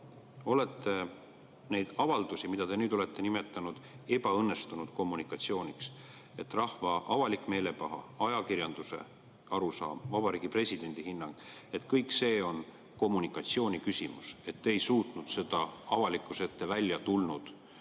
olete neid avaldusi nüüd nimetanud ebaõnnestunud kommunikatsiooniks – rahva avalik meelepaha, ajakirjanduse arusaam, Vabariigi Presidendi hinnang –, et kõik see on kommunikatsiooni küsimus ja et te ei suutnud seda avalikkuse ette tulnud